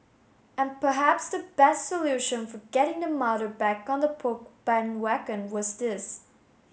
and perhaps the best solution for getting the mother back on the Poke bandwagon was this